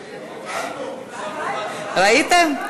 ראיתם?